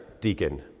deacon